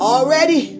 Already